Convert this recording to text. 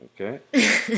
Okay